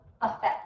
effect